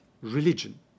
religion